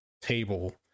table